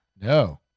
no